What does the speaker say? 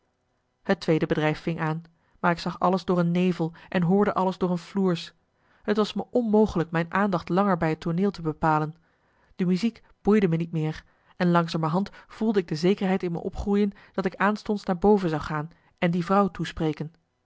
het tweede bedrijf ving aan maar ik zag alles door een nevel en hoorde alles door een floers het was me onmogelijk mijn aandacht langer bij het tooneel te bepalen de muziek boeide me niet meer en langzamerhand voelde ik de zekerheid in me opgroeien dat ik aanstonds naar boven zou gaan en die vrouw toespreken